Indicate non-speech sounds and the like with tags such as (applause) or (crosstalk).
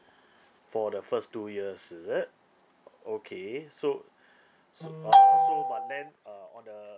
(breath) for the first two years is it okay so (breath) so uh so but then uh on the